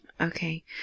Okay